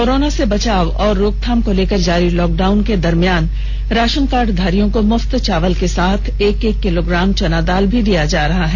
corona से बचाव और रोकथाम को लेकर जारी लॉक डाउन के दरमियान राशनकार्ड धारियों को मुफ्त चावल के साथ एक एक किलोग्राम चना दाल भी दिया जा रहा है